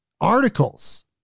articles